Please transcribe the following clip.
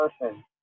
person